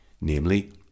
namely